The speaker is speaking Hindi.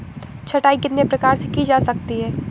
छँटाई कितने प्रकार से की जा सकती है?